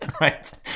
Right